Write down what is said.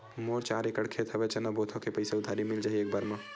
मोर चार एकड़ खेत हवे चना बोथव के पईसा उधारी मिल जाही एक बार मा?